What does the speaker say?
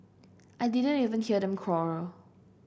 I didn't even hear them quarrel